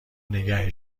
نگه